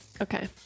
Okay